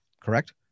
Correct